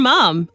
Mom